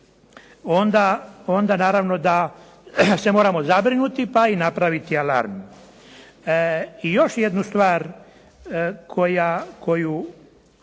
onda naravno da se moramo zabrinuti pa i napraviti alarm. I još jednu stvar koju